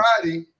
Friday